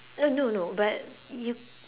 oh no no but you